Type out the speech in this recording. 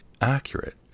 accurate